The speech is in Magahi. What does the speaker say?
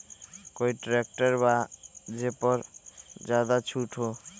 कोइ ट्रैक्टर बा जे पर ज्यादा छूट हो?